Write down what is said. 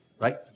right